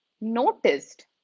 noticed